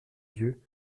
yeux